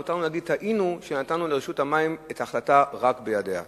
מותר לנו להגיד: טעינו כשנתנו לרשות המים את ההחלטה רק בידיה.